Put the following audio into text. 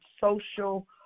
social